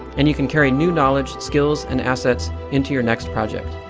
and you can carry new knowledge, skills and assets into your next project.